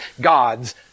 God's